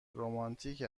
رومانتیک